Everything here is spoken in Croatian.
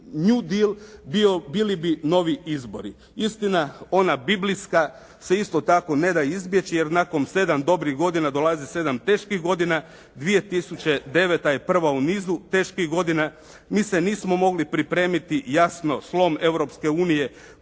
new deal bili bi novi izbori. Istina ona biblijska se isto tako ne da izbjeći jer nakon 7 dobrih godina dolazi 7 teških godina. 2009. je prva u nizu teških godina. Mi se nismo mogli pripremiti. Jasno slom Europske unije